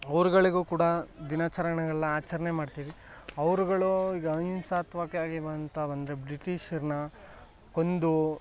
ಅವ್ರುಗಳಿಗೂ ಕೂಡ ದಿನಾಚರಣೆಗಳನ್ನ ಆಚರಣೆ ಮಾಡ್ತೀವಿ ಅವರುಗಳೂ ಈಗ ಅಹಿಂಸಾತ್ಮಕ ಆಗಿರುವಂಥ ಒಂದು ಬ್ರಿಟಿಷರನ್ನ ಕೊಂದು